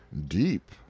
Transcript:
deep